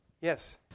Yes